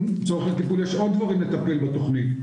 יש עוד דברים לטפל בתכנית.